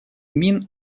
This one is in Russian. мин